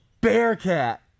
Bearcat